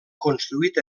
construït